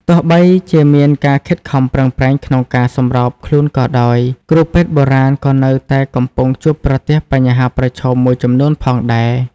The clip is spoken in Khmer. ទោះបីជាមានកិច្ចខិតខំប្រឹងប្រែងក្នុងការសម្របខ្លួនក៏ដោយ គ្រូពេទ្យបុរាណក៏នៅតែកំពុងជួបប្រទះបញ្ហាប្រឈមមួយចំនួនផងដែរ។